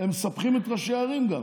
והם גם מסבכים את ראשי הערים,